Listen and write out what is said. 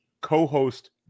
co-host